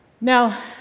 Now